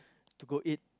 to go eat